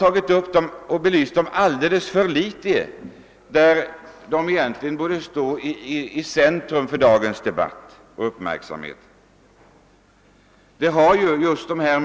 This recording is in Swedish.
Detta spörsmål har belysts alldeles för litet, trots att det borde stå i centrum för uppmärksamheten i dagens debatt.